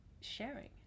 sharing